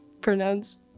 pronounce